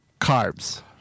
carbs